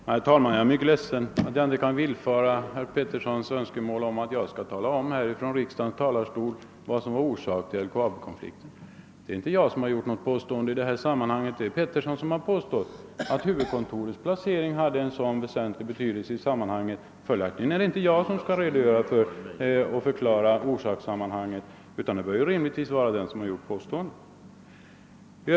Herr talman! Jag är mycket ledsen över att jag inte kan villfara herr Peterssons önskemål om att jag från riksdagens talarstol skall tala om vad som är orsaken till LKAB-konflikten. Det är inte jag som gjort något påstående i det här sammanhanget utan det är herr Petersson som påstått att huvudkontorets placering hade en väsentlig betydelse i sammanhanget. Följaktligen skall inte jag förklara orsakssammanhanget, utan det bör rimligtvis den göra som kommit med påståendet.